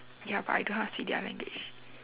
yup but I don't know how to speak their language